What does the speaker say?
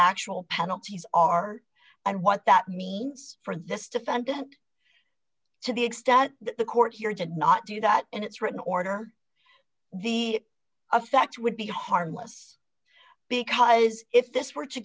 actual penalties are and what that means for this defendant to the extent that the court here did not do that and its written order the effect would be harmless because if this were to